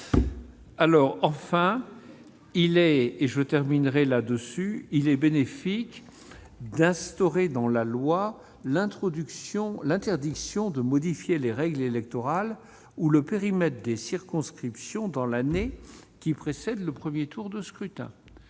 texte. Enfin, et je terminerai par ce point, il est bénéfique d'instaurer dans la loi l'interdiction de modifier les règles électorales ou le périmètre des circonscriptions l'année précédant le premier tour de scrutin.